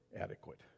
adequate